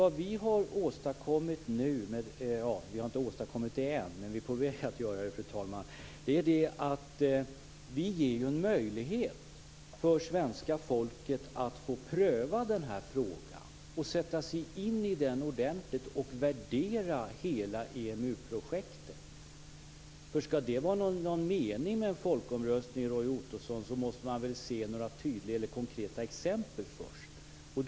Vad vi är på väg att åstadkomma nu är att vi ger en möjlighet för svenska folket att få pröva den här frågan, sätta sig in i den ordentligt och värdera hela EMU-projektet. Om det skall vara någon mening med en folkomröstning måste man väl se några konkreta exempel först.